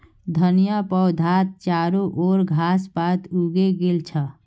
धनिया पौधात चारो ओर घास पात उगे गेल छ